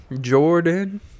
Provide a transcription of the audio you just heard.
Jordan